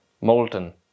molten